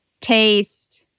taste